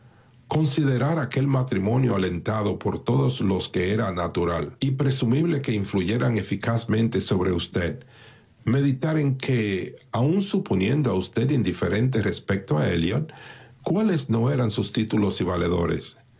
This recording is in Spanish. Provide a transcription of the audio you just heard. considerar aquel matrimonio alentado por todos los que era natural y presumible que influyeran eficazmente sobre usted meditar en que aun suponiendo a usted indiferente respecto a elliot cuáles no eran sus títulos y valedores